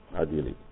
ideally